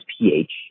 pH